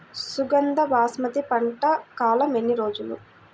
సుగంధ బాస్మతి పంట కాలం ఎన్ని రోజులు?